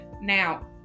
Now